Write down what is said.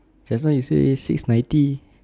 just now you say it's six ninety